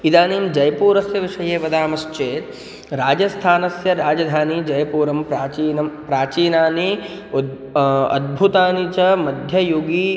इदानीं जय्पूरस्य विषये वदामश्चेत् राजस्थानस्य राजधानी जय्पुरं प्राचीनानि प्राचीनानि उद् अद्भुतानि च मध्ययुगीनानि